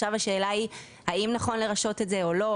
עכשיו השאלה היא: האם נכון לרשות את זה או לא?